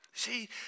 See